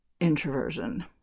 introversion